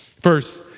First